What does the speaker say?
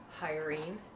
hiring